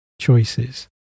choices